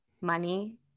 money